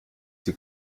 sie